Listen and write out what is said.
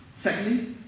secondly